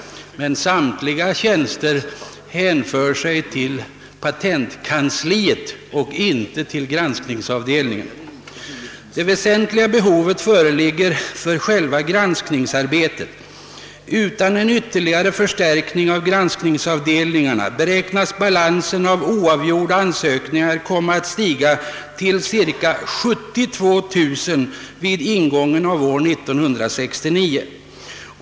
Samtliga tjänster hänför sig emellertid till patentkansliet och inte till granskningsavdelningen. Det väsentliga personalbehovet föreligger för själva granskningsarbetet. Utan en ytterligare förstärkning av granskningsavdelningarna antages balansen av oavgjorda ansökningar komma att stiga till cirka 72000 vid ingången av år 1969.